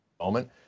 moment